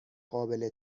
قابل